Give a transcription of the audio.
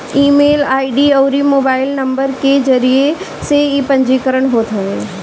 email ID अउरी mobile number के जरिया से इ पंजीकरण होत हवे